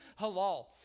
halal